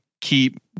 keep